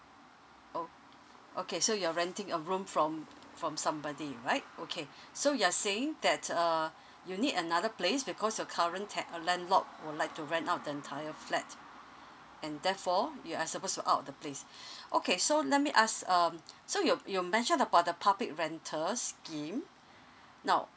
oh okay so you're renting a room from from somebody right okay so you're saying that uh you need another place because your current ta~ uh landlord would like to rent out the entire flat and therefore you are supposed to out of the place okay so let me ask um so you you mention about the public rental scheme now